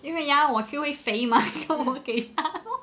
因为 ya 我吃会肥 mah 所以给他 lor